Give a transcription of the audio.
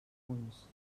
punts